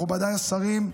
מכובדיי השרים,